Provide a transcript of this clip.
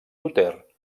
luter